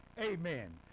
Amen